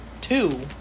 two